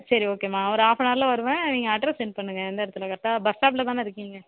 சரி ஓகே மா ஒரு ஹால்ஃப்னாரில் வருவேன் நீங்கள் அட்ரஸ் சென்ட் பண்ணுங்கள் எந்த இடத்துல கரெட்டாக பஸ் ஸ்டாண்ட்ட்டாக தானே இருக்கிங்க